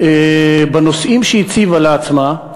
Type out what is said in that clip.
בנושאים שהיא הציבה לעצמה,